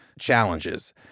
challenges